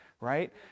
right